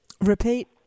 Repeat